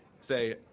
say